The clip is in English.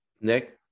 Nick